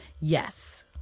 Yes